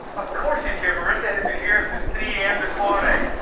of course she's here! marissa has been here since three am this morning!